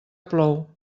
plou